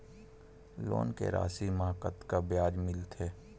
Loan के राशि मा कतका ब्याज मिलथे?